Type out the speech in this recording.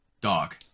dog